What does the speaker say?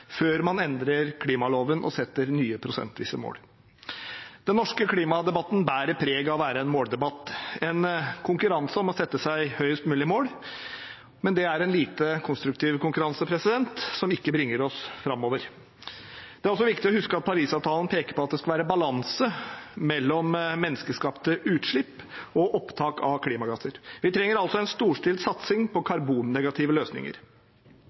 før man endrer klimaloven og setter nye prosentvise mål. Den norske klimadebatten bærer preg av å være en måldebatt, en konkurranse om å sette seg høyest mulige mål, men det er en lite konstruktiv konkurranse, som ikke bringer oss framover. Det er viktig å huske at Parisavtalen peker på at det skal være balanse mellom menneskeskapte utslipp og opptak av klimagasser. Vi trenger altså en storstilt satsing på karbonnegative løsninger.